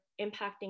impacting